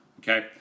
Okay